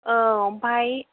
औ ओमफ्राय